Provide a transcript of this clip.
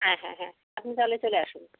হ্যাঁ হ্যাঁ হ্যাঁ আপনি তাহলে চলে আসুন